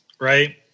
right